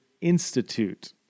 institute